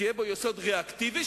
שיהיה בו יסוד ראקטיבי,